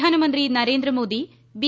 പ്രധാനമന്ത്രി നരേന്ദ്രമോദി ബി